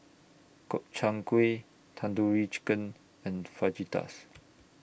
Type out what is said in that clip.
Gobchang Gui Tandoori Chicken and Fajitas